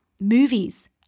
movies